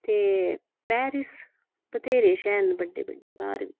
ते पैरिस बत्हेरे शैह्र न बड्डे बड्डे बाहर बी